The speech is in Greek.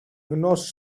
γνώση